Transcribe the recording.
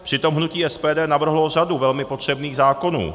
Přitom hnutí SPD navrhlo řadu velmi potřebných zákonů.